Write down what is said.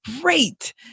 great